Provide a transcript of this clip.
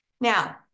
Now